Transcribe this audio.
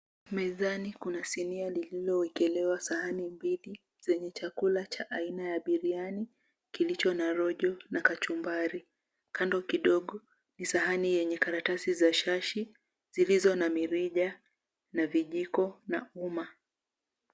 Mezani kuna sinia lililoekelewa sahani mbili, zenye chakula cha aina ya biriani kilicho na rojo na kachumbari. Kando kidogo ni sahani yenye karatasi za shashi zilizo na mirija na vijiko na uma.